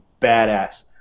badass